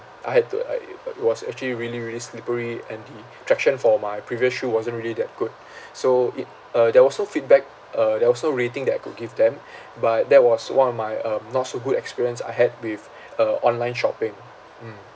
I had to I it was actually really really slippery and the traction for my previous shoe wasn't really that good so it uh there was no feedback uh there was no rating that I could give them but that was one of my um not so good experience I had with uh online shopping mm